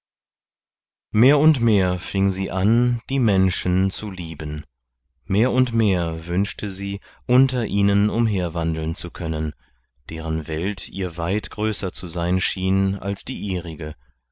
mehr und mehr fing sie an die menschen zu lieben mehr und mehr wünschte sie unter ihnen umherwandeln zu können deren welt ihr weit größer zu sein schien als die ihrige